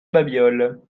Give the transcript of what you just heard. babioles